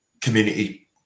community